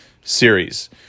series